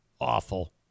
Awful